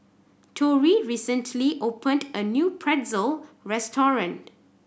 Tori recently opened a new Pretzel restaurant